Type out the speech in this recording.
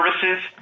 services